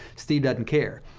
steve doesn't care.